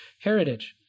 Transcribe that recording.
heritage